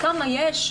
כמה יש,